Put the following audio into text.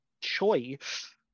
choice